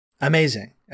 amazing